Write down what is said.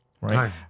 right